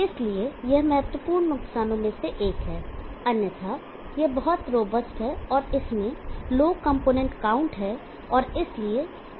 इसलिए यह महत्वपूर्ण नुकसानों में से एक है अन्यथा यह बहुत रोबस्ट है और इसमें लो कंपोनेंट काउंट है और इसलिए बहुत विश्वसनीय है